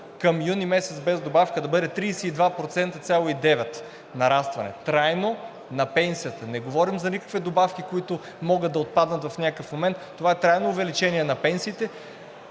към юни месец без добавка да бъде 32,9% нарастване трайно на пенсията. Не говорим за никакви добавки, които могат да отпаднат в някакъв момент. Това е трайно увеличение на пенсиите.